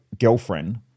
girlfriend